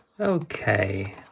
okay